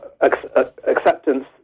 acceptance